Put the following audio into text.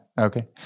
okay